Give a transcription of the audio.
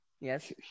yes